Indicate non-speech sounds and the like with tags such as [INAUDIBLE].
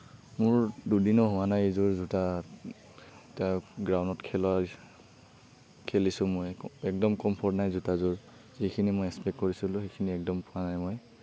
মোৰ দুদিনো হোৱা নাই এইযোৰ জোতা [UNINTELLIGIBLE] গ্ৰাউণ্ডত খেলা [UNINTELLIGIBLE] খেলিছোঁ মই একদম কমফৰ্ট নাই জোতাযোৰ যিখিনি মই এক্সপেক্ট কৰিছিলোঁ সেইখিনি একদম পোৱা নাই মই